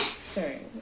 Sorry